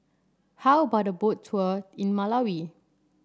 how about a Boat Tour in Malawi